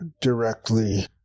directly